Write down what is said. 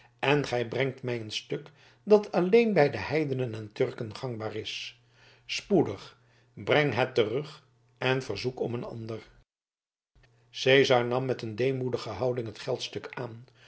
en gij brengt mij een stuk dat alleen bij heidenen en turken gangbaar is spoedig breng het terug en verzoek om een ander cezar nam met een deemoedige houding het geldstuk aan